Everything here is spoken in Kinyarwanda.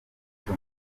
mibi